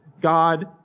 God